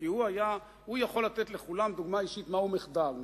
כי הוא יכול לתת לכולם דוגמה אישית מהו מחדל,